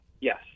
Yes